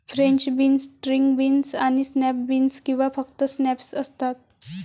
French beans, string beans आणि snap beans किंवा फक्त स्नॅप्स असतात